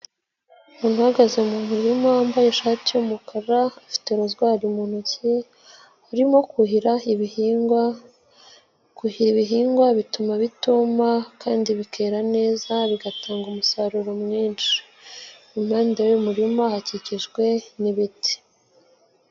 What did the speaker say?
Uhagaze mu murima wambaye ishati y'umukara, afite rozwari mu ntoki, arimo kuhira ibihingwa, kuhira ibihingwa bituma bitumama kandi bikera neza bigatanga umusaruro mwinshi, mu mpande y'umurima hakikijwe n'ibiti.